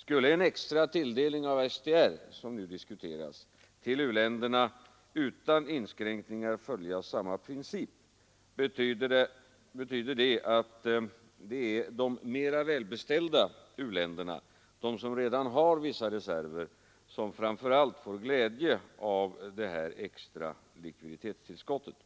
Skulle en extra tilldelning av SDR, som nu diskuteras, till u-länderna utan inskränkningar följa samma princip, betyder det att det är de mera välbeställda u-länderna, de som redan har vissa reserver, som framför allt får glädje av det här extra likviditetstillskottet